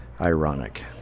Ironic